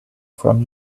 from